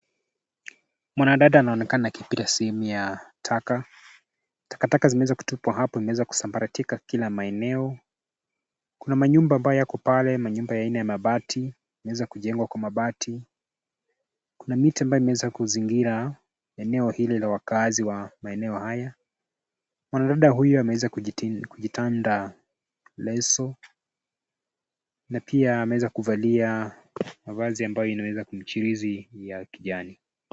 Mwanadada anaonekana akipita sehemu ya taka. Takataka zimeweza kutupwa hapo zimeweza kusambaratika kila maeneo. Kuna manyumba ambayo yako pale, manyumba ya aina ya mabati; imeweza kujengwa kwa mabati. Kuna miti ambayo imeweza kuzingira eneo hili la wakazi wa maeneo haya. Mwanadada huyu ameweza kujitanda leso na pia ameweza kuvalia mavazi ambayo inaweza kumchirizi ya kijani.